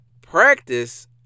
practice